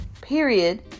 period